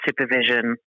supervision